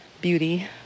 beauty